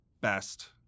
best